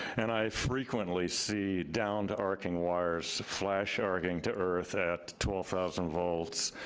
and i frequently see downed arcing wires flash arcing to earth at twelve thousand volts.